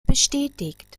bestätigt